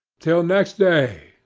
till next day,